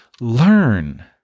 learn